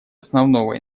основного